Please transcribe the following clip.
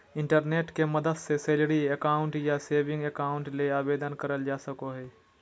internet के मदद से सैलरी अकाउंट या सेविंग अकाउंट ले आवेदन करल जा सको हय